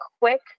quick